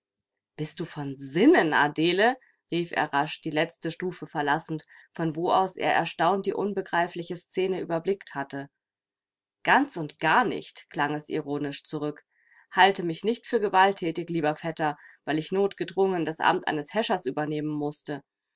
bist du von sinnen adele rief er rasch die letzte stufe verlassend von wo aus er erstaunt die unbegreifliche szene überblickt hatte ganz und gar nicht klang es ironisch zurück halte mich nicht für gewalttätig lieber vetter weil ich notgedrungen das amt eines häschers übernehmen mußte